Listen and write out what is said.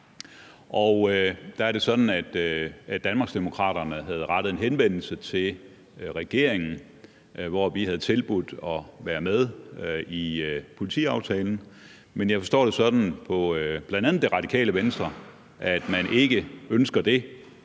Danmarksdemokraterne havde rettet en henvendelse til regeringen, hvor vi havde tilbudt at være med i politiaftalen. Men jeg kan forstå, bl.a. på Det Radikale Venstre, at man ikke ønsker det,